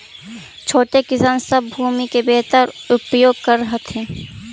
छोटे किसान सब भूमि के बेहतर उपयोग कर हथिन